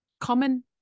Common